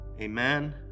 Amen